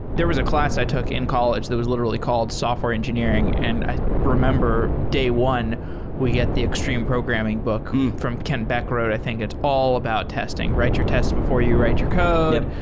there was a class i took in college that was literally called software engineering and i remember day one we get the extreme programming book ken beck wrote. i think it's all about testing. write your tests before you write your code.